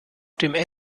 dem